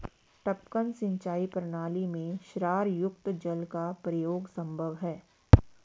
टपकन सिंचाई प्रणाली में क्षारयुक्त जल का प्रयोग संभव है